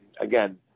again